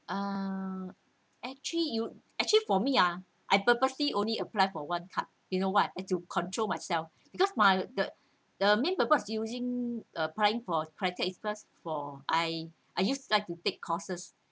uh actually you actually for me ya I purposely only apply for one card you know what have to control myself because my the the main purpose using applying for credit because for I I use like to take courses